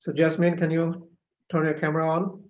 so jasmine, can you turn your camera on?